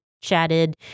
chatted